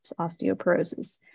osteoporosis